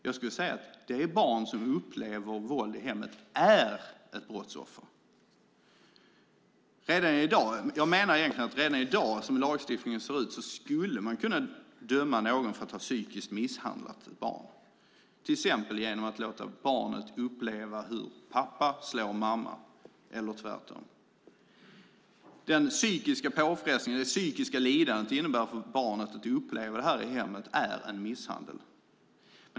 Jag skulle vilja säga att det barn som upplever våld i hemmet är ett brottsoffer. Jag menar att man redan i dag, som lagstiftningen ser ut, skulle kunna döma någon för att ha psykiskt misshandlat ett barn, till exempel genom att låta barnet uppleva hur pappa slår mamma eller tvärtom. Den psykiska påfrestning och det psykiska lidande barnet upplever i hemmet är en misshandel.